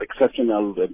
exceptional